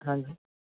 ਹਾਂਜੀ